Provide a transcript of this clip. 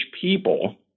people